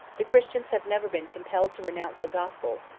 the christians have never been compelled to renounce the gospel,